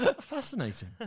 Fascinating